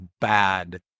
bad